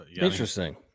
interesting